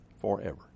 forever